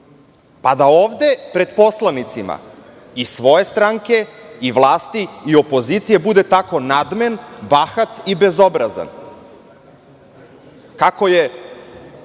pa da ovde pred poslanicima i svoje stranke i vlasti i opozicije bude tako nadmen, bahat i bezobrazan kako je